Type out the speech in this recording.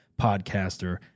podcaster